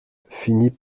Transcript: finit